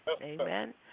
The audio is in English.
Amen